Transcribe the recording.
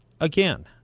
again